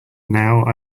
now